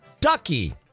Ducky